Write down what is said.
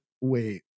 wait